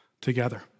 together